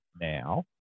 now